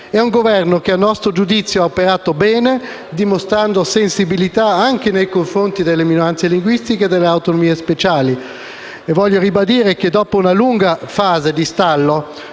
È un Governo che, a nostro giudizio, ha operato bene dimostrando sensibilità anche nei confronti delle minoranze linguistiche e delle autonomie speciali. Dopo una lunga fase di stallo